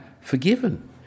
forgiven